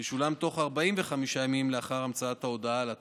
ישולם בתוך 45 ימים לאחר המצאת ההודעה על הטלתו.